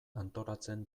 antolatzen